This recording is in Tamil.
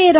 ரா